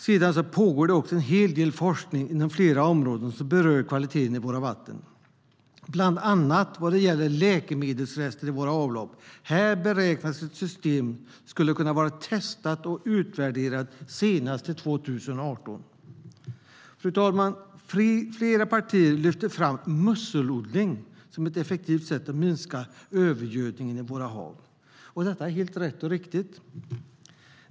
Det pågår också en hel del forskning inom flera områden som berör kvaliteten i våra vatten, bland annat när det gäller läkemedelsrester i våra avlopp. Här beräknas att ett system ska kunna vara testat och utvärderat senast 2018. Fru talman! Flera partier lyfter fram musselodling som ett effektivt sätt att minska övergödningen i våra hav, och det är helt rätt och riktigt.